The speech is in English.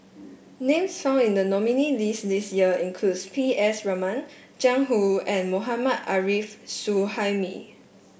names found in the nominees' list this year include P S Raman Jiang Hu and Mohammad Arif Suhaimi